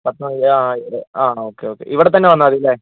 പത്ത് മണി ആ ആണോ ഓക്കെ ഓക്കെ ഇവിടെത്തന്നെ വന്നാൽ മതിയല്ലേ